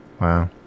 Wow